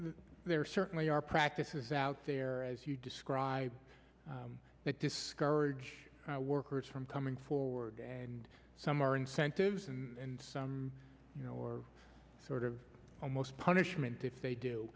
there certainly are practices out there as you describe that discourage workers from coming forward and some are incentives and some you know or sort of almost punishment if they